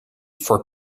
for